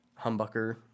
humbucker